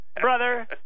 brother